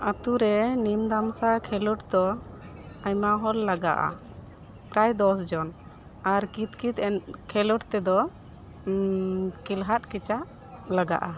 ᱟᱹᱛᱩᱨᱮ ᱱᱤᱢ ᱫᱟᱢᱥᱟ ᱠᱷᱮᱞᱳᱰ ᱫᱚ ᱟᱭᱢᱟ ᱦᱚᱲ ᱞᱟᱜᱟᱜᱼᱟ ᱯᱨᱟᱭ ᱫᱚᱥ ᱡᱚᱱ ᱟᱨ ᱠᱤᱛ ᱠᱤᱛ ᱮᱱᱮᱡ ᱠᱷᱮᱞᱳᱰ ᱛᱮᱫᱚ ᱠᱮᱞᱦᱟᱫ ᱠᱮᱪᱟᱜ ᱞᱟᱜᱟᱜᱼᱟ